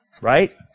right